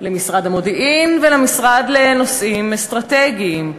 למשרד המודיעין ולמשרד לנושאים אסטרטגיים?